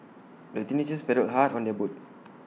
the teenagers paddled hard on their boat